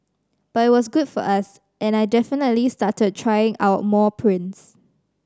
but it was good for us and I definitely started trying more prints